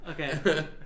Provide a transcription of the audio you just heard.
Okay